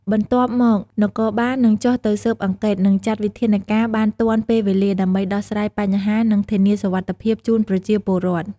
បន្ទាប់មក នគរបាលនឹងចុះទៅស៊ើបអង្កេត និងចាត់វិធានការបានទាន់ពេលវេលា ដើម្បីដោះស្រាយបញ្ហា និងធានាសុវត្ថិភាពជូនប្រជាពលរដ្ឋ។